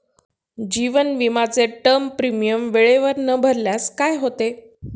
जीवन विमाचे term premium वेळेवर न भरल्यास काय होते?